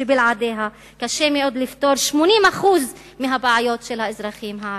שבלעדיה קשה מאוד לפתור 80% מהבעיות של האזרחים הערבים.